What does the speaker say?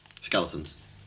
Skeletons